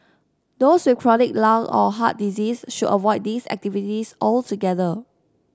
those with chronic lung or heart disease should avoid these activities altogether